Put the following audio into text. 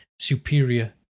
superior